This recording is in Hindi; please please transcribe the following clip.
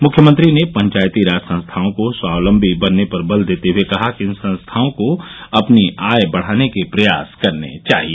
मुख्यमंत्री ने पंचायती राज संस्थाओं को स्वावलंबी बनने पर बल देते हुए कहा कि इन संस्थाओं को अपनी आय बढ़ाने के प्रयास करने चाहिए